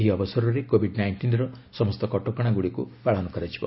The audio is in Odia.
ଏହି ଅବସରରେ କୋବିଡ୍ ନାଇଷ୍ଟିନ୍ର ସମସ୍ତ କଟକଣାଗୁଡ଼ିକୁ ପାଳନ କରାଯିବ